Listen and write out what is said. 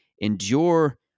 endure